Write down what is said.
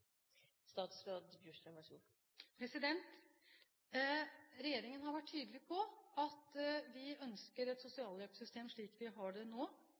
Regjeringen har vært tydelig på at vi ønsker et sosialhjelpssystem slik vi har det nå.